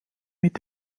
mit